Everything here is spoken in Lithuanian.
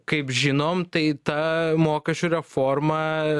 kaip žinom tai ta mokesčių reforma